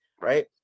right